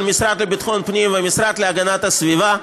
בהובלה של המשרד לביטחון פנים והמשרד להגנת הסביבה,